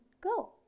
go